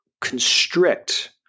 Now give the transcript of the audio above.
constrict